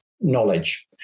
knowledge